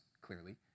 clearly